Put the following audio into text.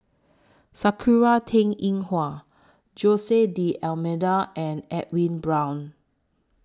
Sakura Teng Ying Hua Jose D'almeida and Edwin Brown